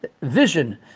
vision